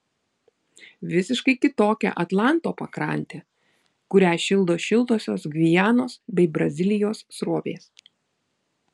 visiškai kitokia atlanto pakrantė kurią šildo šiltosios gvianos bei brazilijos srovės